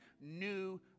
new